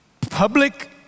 Public